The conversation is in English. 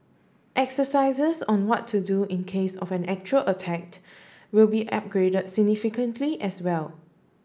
exercises on what to do in case of an actual attack will be upgraded significantly as well